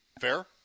Fair